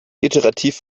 iterativ